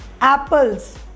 apples